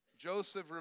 Joseph